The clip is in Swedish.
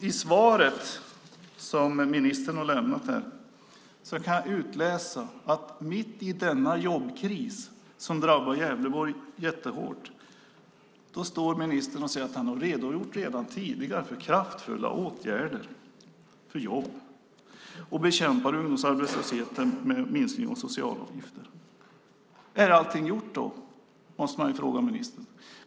I svaret som ministern har lämnat här kan jag utläsa att ministern, mitt i denna jobbkris som drabbar Gävleborg jättehårt, står och säger att han redan tidigare har redogjort för kraftfulla åtgärder och för jobb och att man bekämpar ungdomsarbetslösheten med en minskning av socialavgifterna. Är allting då gjort? Det måste man fråga ministern.